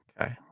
Okay